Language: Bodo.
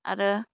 आरो